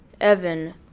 Evan